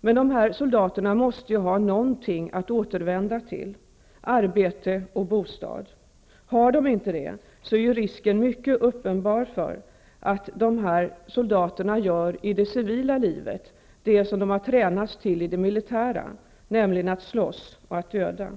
men de måste ha något att återvända till; arbete och bostad. Om de inte har det är det en mycket uppenbar risk att dessa soldater i det civila livet kommer att göra det som de har tränats till i det militära, nämligen slåss och döda.